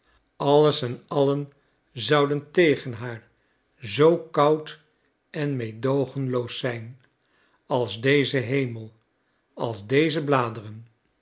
alles en allen zouden tegen haar zoo koud en meedoogenloos zijn als deze hemel als deze bladeren